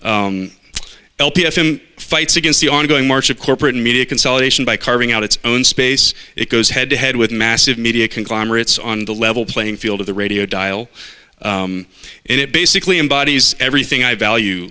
radio l p s fights against the ongoing march of corporate media consolidation by carving out its own space it goes head to head with massive media conglomerates on the level playing field of the radio dial and it basically embodies everything i value